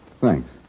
Thanks